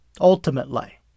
Ultimately